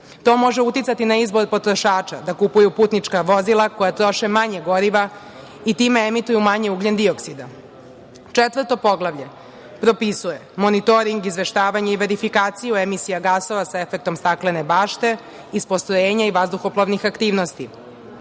To može uticati na izbor potrošača da kupuju putnička vozila koja troše manje goriva i time emituju manje ugljendioksida. Četvrto poglavlje, propisuje monitoring izveštavanja i verifikaciju emisija gasova sa efektom staklene bašte iz postrojenja i vazduhoplovnih aktivnosti.